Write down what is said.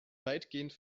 weitgehend